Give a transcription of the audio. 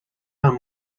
amb